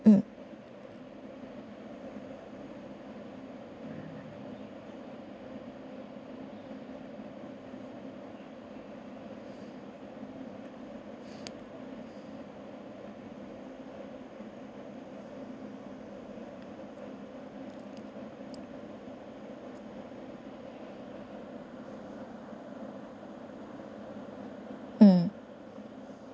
uh uh